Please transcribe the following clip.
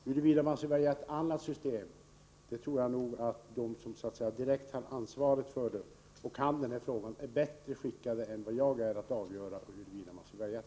Huruvida man skall välja ett annat system för transporterna tror jag att de som har det direkta ansvaret och som är insatta i frågorna är bättre skickade att avgöra än jag.